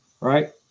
right